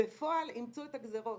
בפועל, אימצו את הגזרות.